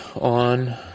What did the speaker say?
on